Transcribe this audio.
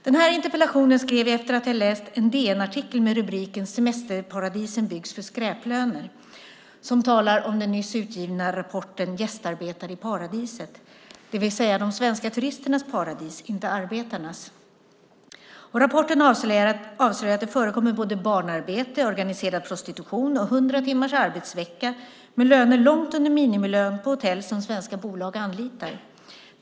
Den här interpellationen skrev jag efter att ha läst en DN-artikel med rubriken "Semesterparadisen byggs för skräplöner". Den talar om den nyss utgivna rapporten Gästarbetare i paradiset , det vill säga de svenska turisternas paradis, inte arbetarnas. Rapporten avslöjar att det förekommer barnarbete, organiserad prostitution och 100 timmars arbetsvecka med löner långt under minimilön på hotell som svenska bolag anlitar.